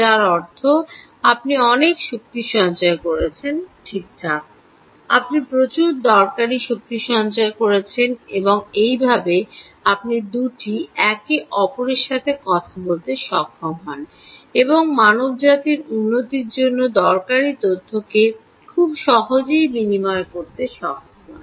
যার অর্থ আপনি অনেক শক্তি সঞ্চয় করছেন ঠিকঠাক আপনি প্রচুর দরকারী শক্তি সঞ্চয় করছেন এবং এইভাবে আপনি 2 টি একে অপরের সাথে কথা বলতে সক্ষম হন এবং মানবজাতির উন্নতির জন্য দরকারী তথ্যকে খুব সহজেই বিনিময় করতে সক্ষম হন